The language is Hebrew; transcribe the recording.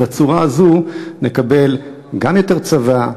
ובצורה הזאת נקבל גם יותר צבא,